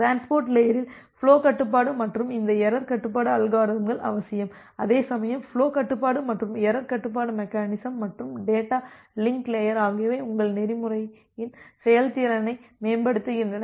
transport லேயரில் flow கட்டுப்பாடு மற்றும் இந்த எரர் கட்டுப்பாட்டு அல்காரிதம்கள் அவசியம் அதேசமயம் ஃபுலோ கட்டுப்பாடு மற்றும் எரர்க் கட்டுப்பாட்டு மெக்கெனிசம் மற்றும் டேட்டா லிங்க் லேயர் ஆகியவை உங்கள் நெறிமுறையின் செயல்திறனை மேம்படுத்துகின்றன